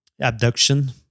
abduction